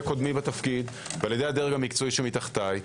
קודמי בתפקיד ועל ידי הדרג המקצועי שמתחתיי.